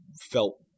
felt